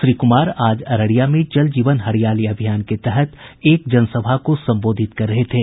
श्री कुमार आज अररिया में जल जीवन हरियाली अभियान के तहत एक जनसभा को संबोधित कर रहे थे